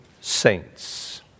saints